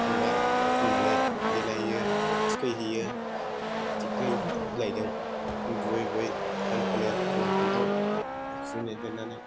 हांगार फुननानै देलायहोयो थुखै हैयो थिख्लि बिलाइजों बुयै बुयै गान खनो लाव फानथाव खुबैदेरनानै